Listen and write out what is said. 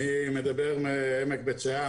אני מדבר מעמק בית שאן,